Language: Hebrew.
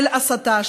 של הסתה,